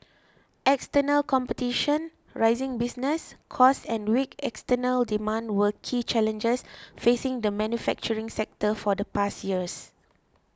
external competition rising business costs and weak external demand were key challenges facing the manufacturing sector for the past years